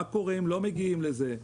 מה קורה אם לא מגיעים לזה.